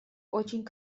очень